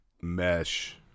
mesh